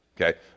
Okay